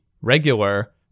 regular